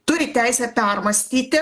turi teisę permąstyti